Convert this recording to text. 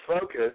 focus